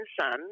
son